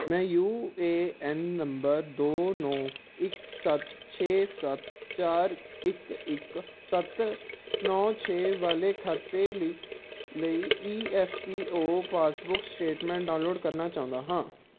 ਮੈਂ U A N ਨੰਬਰ ਦੋ ਨੌਂ ਇੱਕ ਸੱਤ ਛੇ ਸੱਤ ਚਾਰ ਇੱਕ ਇੱਕ ਸੱਤ ਨੌਂ ਛੇ ਵਾਲੇ ਖਾਤੇ ਲੀ ਲਈ E F P O passbook statement download ਕਰਨਾ ਚਾਹੁੰਦਾ ਹਾਂ